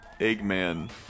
Eggman